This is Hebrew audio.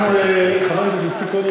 חבר הכנסת איציק כהן,